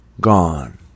gone